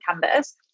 canvas